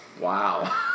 wow